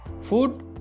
food